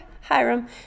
Hiram